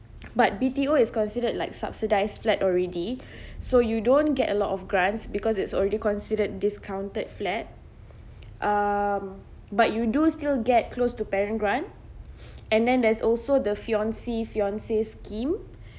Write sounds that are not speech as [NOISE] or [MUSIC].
but B_T_O is considered like subsidised flat already so you don't get a lot of grants because it's already considered discounted flat um but you do still get close to parent grant [BREATH] and then there's also the fiance fiancee scheme